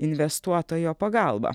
investuotojo pagalba